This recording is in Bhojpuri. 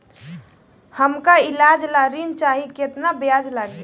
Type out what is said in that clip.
हमका ईलाज ला ऋण चाही केतना ब्याज लागी?